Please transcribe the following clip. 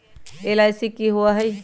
LIC की होअ हई?